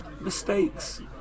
Mistakes